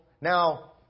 now